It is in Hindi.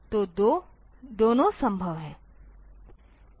तो दोनों संभव हैं